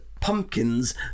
pumpkins